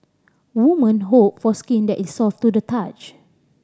women hope for skin that is soft to the touch